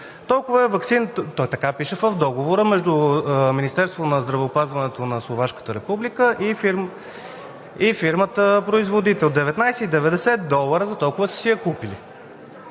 долара. (Реплики.) Така пише в Договора между Министерството на здравеопазването на Словашката Република и фирмата производител – 19,90 долара, за толкова са си я купили.